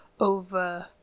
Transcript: over